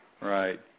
Right